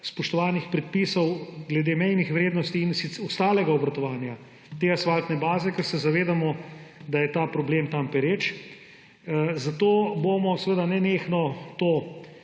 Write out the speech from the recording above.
spoštovanih prepisov glede mejnih vrednosti in ostalega obratovanja te asfaltne baze, ker se zavedamo, da je ta problem tam pereč. Zato bomo nenehno to